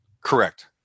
Correct